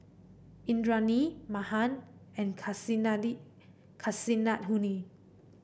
Indranee Mahan and Kasinadhuni